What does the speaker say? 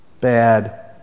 bad